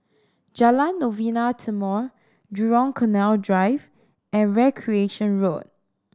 Jalan Novena Timor Jurong Canal Drive and Recreation Road